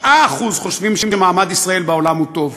7% חושבים שמעמד ישראל בעולם הוא טוב,